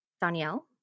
Danielle